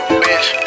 bitch